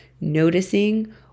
noticing